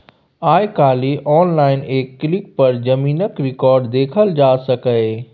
आइ काल्हि आनलाइन एक क्लिक पर जमीनक रिकॉर्ड देखल जा सकैए